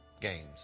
Games